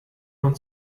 man